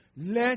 Let